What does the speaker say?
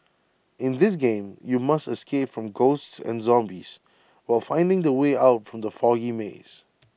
in this game you must escape from ghosts and zombies while finding the way out from the foggy maze